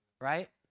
right